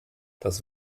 das